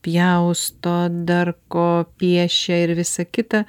pjausto darko piešia ir visa kita